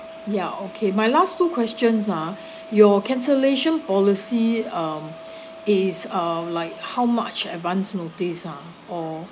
ya okay my last two questions ah your cancellation policy um it's uh like how much advance notice ah or